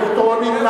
אני רוצה אלקטרונית.